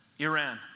Iran